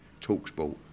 TalkSport